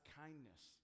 kindness